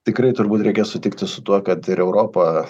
tikrai turbūt reikia sutikti su tuo kad ir europa